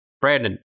Brandon